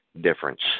difference